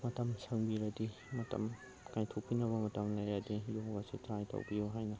ꯃꯇꯝ ꯁꯪꯕꯤꯔꯗꯤ ꯃꯇꯝ ꯀꯥꯏꯊꯣꯛꯄꯤꯅꯕ ꯃꯇꯝ ꯂꯩꯔꯗꯤ ꯌꯣꯒꯥꯁꯤ ꯇ꯭ꯔꯥꯏ ꯇꯧꯕꯤꯌꯨ ꯍꯥꯏꯅ